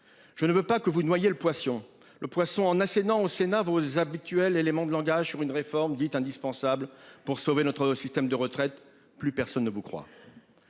Je ne veux pas que vous noyer le poisson, le poisson en assénant au Sénat vos habituels éléments de langage sur une réforme dite indispensable pour sauver notre système de retraite, plus personne ne vous croit.